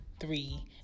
three